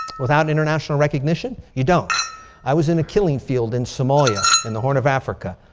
without international recognition? you don't i was in a killing field in somalia in the horn of africa.